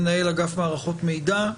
מנהל אגף מערכות מידע,